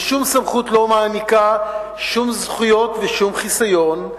ושום סמכות לא מעניקה שום זכויות ושום חיסיון,